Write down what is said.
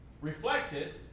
reflected